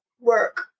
work